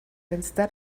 instead